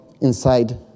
inside